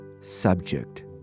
subject